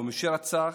מי שרצח,